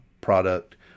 product